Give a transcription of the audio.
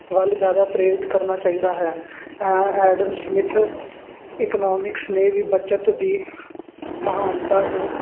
ਵੱਲ ਜ਼ਿਆਦਾ ਪ੍ਰੇਰਿਤ ਕਰਨਾ ਚਾਹੀਦਾ ਹੈ ਹੈ ਐਡਮ ਸਮਿਥ ਇਕਨੋਮਿਕਸ ਨੇ ਵੀ ਬੱਚਤ ਦੀ ਮਹਾਨਤਾ ਨੂੰ